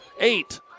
eight